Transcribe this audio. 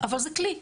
אבל זה כלי,